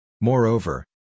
Moreover